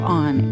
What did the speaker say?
on